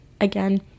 again